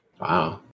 Wow